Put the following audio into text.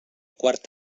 quart